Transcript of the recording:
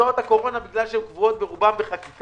הוצאות הקורונה, בגלל שהן קבועות ברובן בחקיקה,